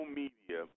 media